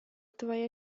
твоя